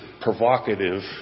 provocative